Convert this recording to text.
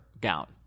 gown